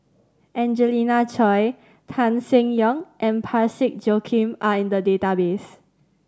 Angelina Choy Tan Seng Yong and Parsick Joaquim are in the database